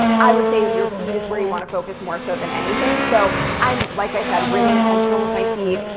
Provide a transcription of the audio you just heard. i would say your feed is where you want to focus more so than anything. so i'm, like i said, really intentional with my feed.